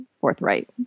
forthright